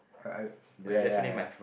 I I oh ya ya ya